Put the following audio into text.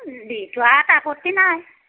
দি থোৱাত আপত্তি নাই